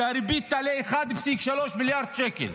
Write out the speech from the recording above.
שהריבית תעלה 1.3 מיליארד שקל.